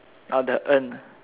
ah the urn